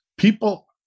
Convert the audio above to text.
People